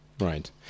right